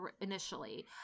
initially